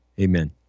Amen